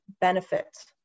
benefits